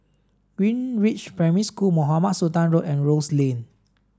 Greenridge Primary School Mohamed Sultan Road and Rose Lane